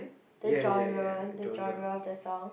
the genre the genre of the song